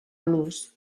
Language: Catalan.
los